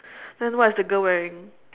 then what is the girl wearing